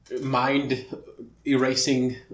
mind-erasing